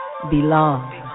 belong